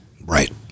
Right